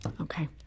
Okay